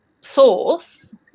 source